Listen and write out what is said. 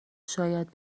شاید